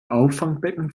auffangbecken